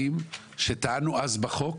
שאנחנו טענו אז בחוק